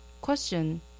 Question